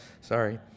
Sorry